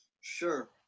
sure